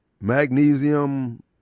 magnesium